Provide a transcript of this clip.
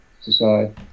society